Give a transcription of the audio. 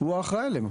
הוא האחראי עלינו.